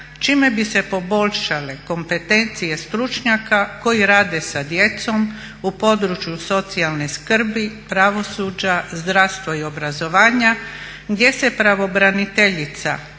čime bi se poboljšale kompetencije stručnjaka koji rade sa djecom u području socijalne skrbi, pravosuđa, zdravstva i obrazovanja gdje se pravobraniteljica osobito